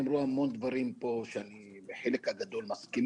נאמרו פה המון דברים שאני מסכים עם חלק גדול מהם,